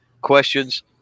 questions